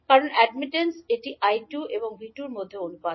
কারণ অ্যাডমিনটেন্স এটি 𝐈2 এবং 𝐕2 এর মধ্যে অনুপাত